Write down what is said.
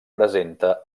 presenta